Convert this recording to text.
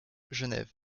genève